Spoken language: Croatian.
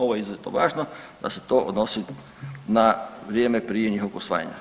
Ovo je izuzetno važno da se to odnosi na vrijeme prije njihovog usvajanja.